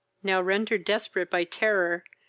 now rendered desperate by terror,